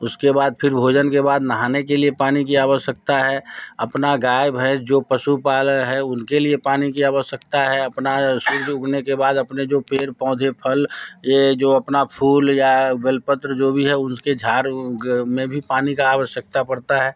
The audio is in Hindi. उसके बाद फिर भोजन के बाद नहाने के लिए पानी की आवश्यकता है अपना गाय भैंस जो पशुपालन है उनके लिए पानी की आवश्यकता है अपना सूरज उगने के बाद अपने जो पेड़ पौधे फल ये जो अपना फूल या बेलपत्र जो भी है उनके झाड़ में भी पानी का आवश्यकता पड़ता है